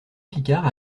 picard